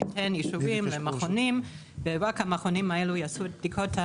ייתן אישורים למכונים ורק המכונים האלה יעשו את הבדיקות.